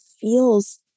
feels